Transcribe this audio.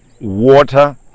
water